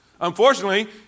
unfortunately